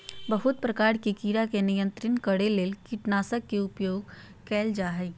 बहुत प्रकार के कीड़ा के नियंत्रित करे ले कीटनाशक के उपयोग कयल जा हइ